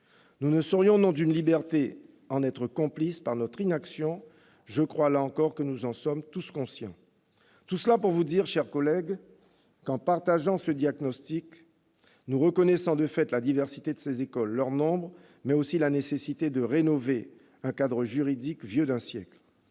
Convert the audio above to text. Nous ne saurions, au nom d'une liberté, en être complices par notre inaction ; je crois, là encore, que nous en sommes tous conscients. Mes chers collègues, en partageant ce diagnostic, nous reconnaissons de fait la diversité de ces écoles, leur nombre, mais aussi la nécessité de rénover un cadre juridique vieux d'un siècle.